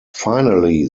finally